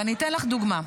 ואני אתן לך דוגמה: